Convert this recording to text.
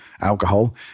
alcohol